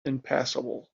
impassable